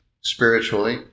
spiritually